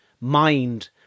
mind